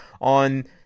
on